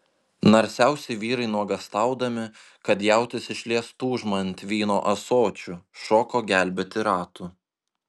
narsiausi vyrai nuogąstaudami kad jautis išlies tūžmą ant vyno ąsočių šoko gelbėti ratų